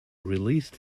released